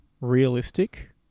realistic